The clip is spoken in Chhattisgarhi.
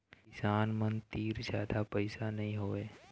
किसान मन तीर जादा पइसा नइ होवय